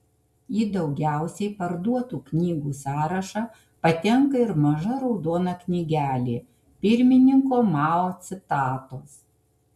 į daugiausiai parduotų knygų sąrašą patenka ir maža raudona knygelė pirmininko mao citatos